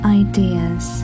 ideas